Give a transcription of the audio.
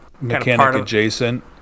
mechanic-adjacent